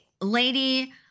Lady